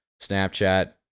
snapchat